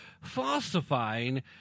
falsifying